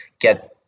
get